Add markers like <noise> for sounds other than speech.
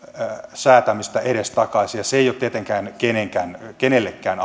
säätämistä edestakaisin ja se ei ole tietenkään kenellekään kenellekään <unintelligible>